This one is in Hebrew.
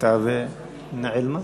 הייתה ונעלמה.